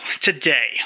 today